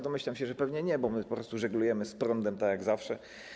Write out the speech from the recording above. Domyślam się, że pewnie nie, bo po prostu żeglujemy z prądem tak jak zawsze.